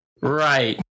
right